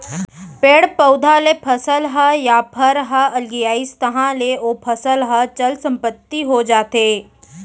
पेड़ पउधा ले फसल ह या फर ह अलगियाइस तहाँ ले ओ फसल ह चल संपत्ति हो जाथे